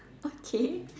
okay